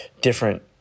different